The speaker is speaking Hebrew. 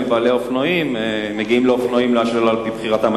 גם חלק מבעלי האופנועים מגיעים לאופנועים שלא על-פי בחירתם,